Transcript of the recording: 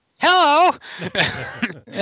hello